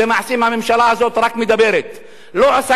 הממשלה הזאת רק מדברת, לא עושה כלום.